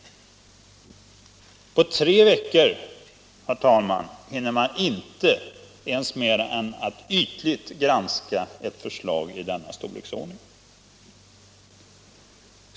På tre veckor, herr talman, hinner man inte mer än ytligt granska ett förslag av denna storleksordning.